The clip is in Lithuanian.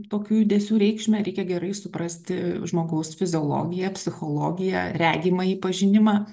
tokių judesių reikšmę reikia gerai suprasti žmogaus fiziologiją psichologiją regimąjį pažinimą